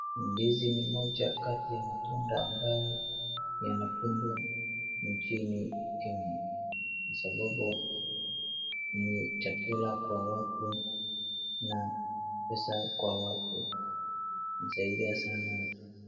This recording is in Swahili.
Ndizi ni moja kati ya matunda ambayo yanapendwa nchini Kenya kwa sababu ni chakula kwa watu na pesa kwa watu, husaidia sana watu.